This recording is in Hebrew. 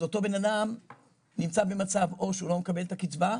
אז אותו בן אדם נמצא במצב או שהוא לא מקבל את הקצבה,